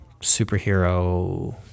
superhero